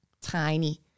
tiny